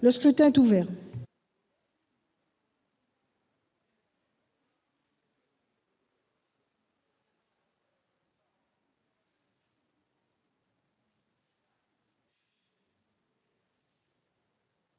Le scrutin est ouvert.